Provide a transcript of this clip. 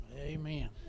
Amen